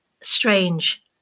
strange